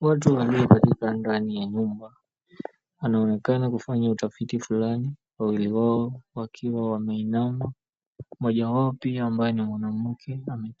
Watu waliokaa ndani ya nyumba wanaonekana kufanya utafiti fulani , wawili wao wakiwa wameinama , mmoja wao pia ambaye ni mwanamke mwenye